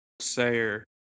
Sayer